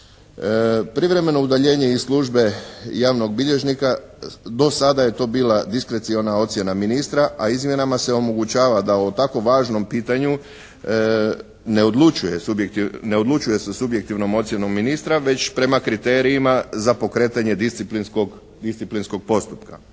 Privremeno udaljenje iz službe javnog bilježnika do sada je to bila diskreciona ocjena ministra, a izmjenama se omogućava da o tako važnom pitanju ne odlučuje sa subjektivnom ocjenom ministra već prema kriterijima za pokretanje disciplinskog postupka.